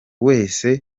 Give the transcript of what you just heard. wese